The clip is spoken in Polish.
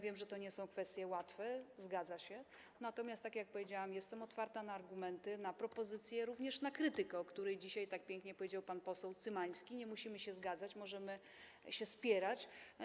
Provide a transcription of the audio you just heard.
Wiem, że to nie są łatwe kwestie, zgadza się, natomiast jak powiedziałam, jestem otwarta na argumenty, na propozycje, również na krytykę, o której dzisiaj tak pięknie powiedział pan poseł Cymański - nie musimy się zgadzać, możemy się spierać.